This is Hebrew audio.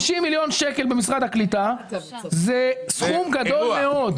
50 מיליון שקלים במשרד הקליטה, זה סכום גדול מאוד.